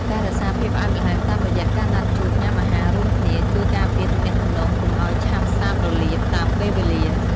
ការរក្សាភាពផ្អែមល្ហែមតាមរយៈការណាត់ជួបញ៉ាំអាហាររួមគ្នា ជួយការពារទំនាក់ទំនងកុំឱ្យឆាប់សាបរលាបតាមពេលវេលា។